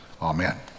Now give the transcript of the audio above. Amen